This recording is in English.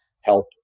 help